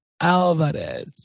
Alvarez